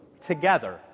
together